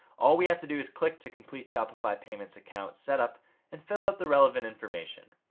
all we have to do is click to complete shopify payments account setup and fill out the relevant information.